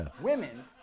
Women